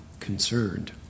concerned